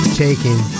taking